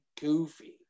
goofy